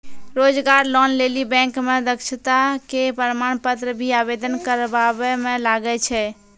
रोजगार लोन लेली बैंक मे दक्षता के प्रमाण पत्र भी आवेदन करबाबै मे लागै छै?